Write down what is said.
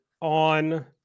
on